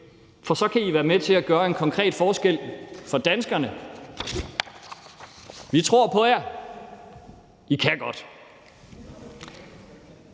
for så kan I være med til at gøre en konkret forskel for danskerne. Vi tror på jer. I kan godt.